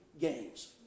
games